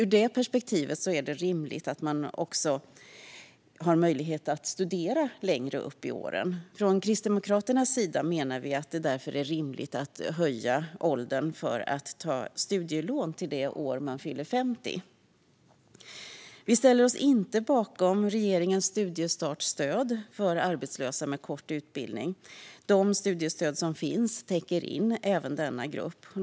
Ur det perspektivet är det rimligt att man också har möjlighet att studera längre upp i åren. Från Kristdemokraternas sida menar vi att det därför är rimligt att höja åldern för att ta studielån till det år man fyller 50. Vi ställer oss inte bakom regeringens studiestartsstöd för arbetslösa med kort utbildning. De studiestöd som finns täcker in även denna grupp.